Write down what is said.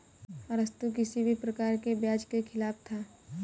अरस्तु किसी भी प्रकार के ब्याज के खिलाफ था